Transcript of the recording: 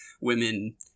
women